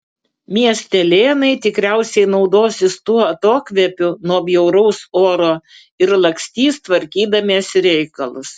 miestelėnai tikriausiai naudosis tuo atokvėpiu nuo bjauraus oro ir lakstys tvarkydamiesi reikalus